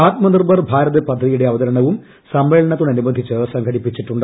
ആത്മ നിർഭർ ഭാരത് പദ്ധതിയുടെ അവതരണവും സമ്മേളനത്തോടനുബന്ധിച്ച് സംഘടിപ്പിച്ചിട്ടുണ്ട്